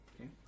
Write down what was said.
Okay